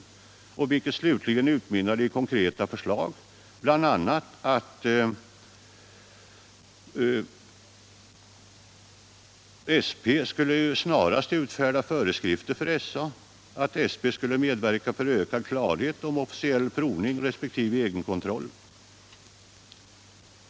Detta utmynnade slutligen i konkreta förslag, bl.a. att SP snarast skulle utfärda föreskrifter för SA, att SP skulle verka för ökad klarhet om officiell provning resp. egen kontroll.